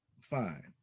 fine